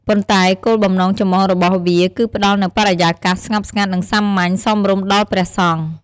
ប៉ុន្តែគោលបំណងចម្បងរបស់វាគឺផ្ដល់នូវបរិយាកាស ស្ងប់ស្ងាត់ និង សាមញ្ញ សមរម្យដល់ព្រះសង្ឃ។